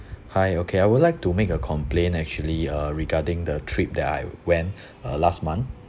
hi okay I would like to make a complaint actually uh regarding the trip that I went uh last month